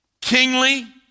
kingly